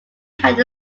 had